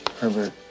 Herbert